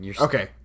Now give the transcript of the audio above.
Okay